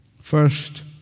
First